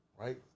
right